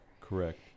Correct